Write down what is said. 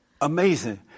Amazing